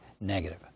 Negative